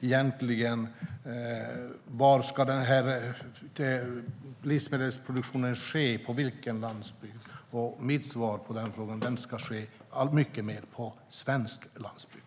egentligen inte var - på vilken landsbygd - livsmedelsproduktionen ska ske. Mitt svar på frågan är att den ska ske mycket mer på svensk landsbygd.